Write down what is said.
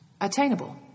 Attainable